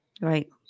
Right